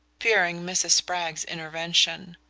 fearing mrs. spragg's intervention.